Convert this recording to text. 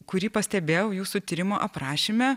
kurį pastebėjau jūsų tyrimo aprašyme